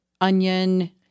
onion